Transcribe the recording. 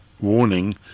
warning